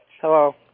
Hello